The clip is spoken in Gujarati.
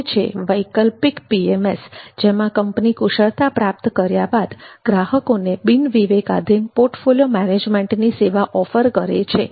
હવે છે વૈકલ્પિક પીએમએસ કે જેમાં કંપની કુશળતા પ્રાપ્ત કર્યા બાદ ગ્રાહકોને બિન વિવેકાધીન પોર્ટફોલિયો મેનેજમેન્ટની સેવા ઓફર કરે છે